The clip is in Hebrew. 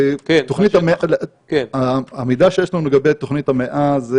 המידע שיש לנו לגבי תוכנית המאה זה